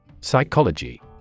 Psychology